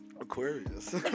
Aquarius